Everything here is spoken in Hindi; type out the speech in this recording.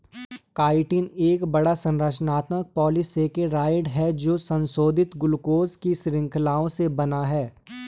काइटिन एक बड़ा, संरचनात्मक पॉलीसेकेराइड है जो संशोधित ग्लूकोज की श्रृंखलाओं से बना है